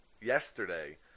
yesterday